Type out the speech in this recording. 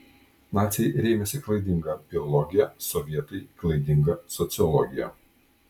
naciai rėmėsi klaidinga biologija sovietai klaidinga sociologija